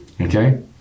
Okay